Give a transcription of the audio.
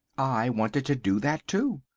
i wanted to do that too.